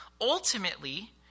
Ultimately